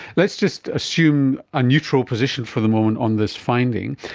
let's just assume a neutral position for the moment on this finding.